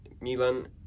Milan